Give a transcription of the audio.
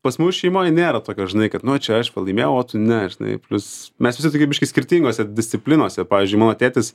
pas mus šeimoj nėra tokio žinai kad nu čia aš va laimėjau o tu ne žinai plius mes vivi tokie biškį skirtingose disciplinose pavyzdžiui mano tėtis